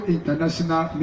International